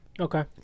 Okay